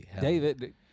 David